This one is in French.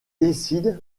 décident